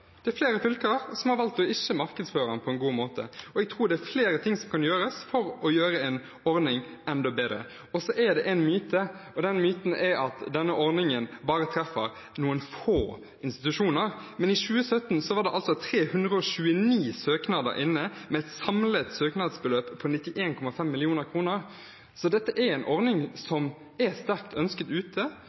Det er flere fylker som har valgt ikke å markedsføre den på en god måte, og jeg tror det er flere ting som kan gjøres for å gjøre en ordning enda bedre. Så er det en myte, og den myten er at denne ordningen bare treffer noen få institusjoner. Men i 2017 var det 329 søknader inne, med et samlet søknadsbeløp på 91,5 mill. kr, så dette er en ordning som er sterkt ønsket ute,